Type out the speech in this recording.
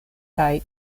kaj